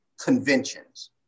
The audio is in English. conventions